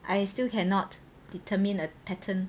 I still cannot determine a pattern